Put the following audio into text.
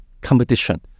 competition